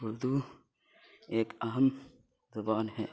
اردو ایک اہم زبان ہے